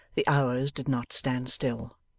the hours did not stand still.